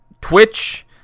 Twitch